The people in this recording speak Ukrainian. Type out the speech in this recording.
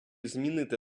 змінити